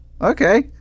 okay